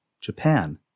Japan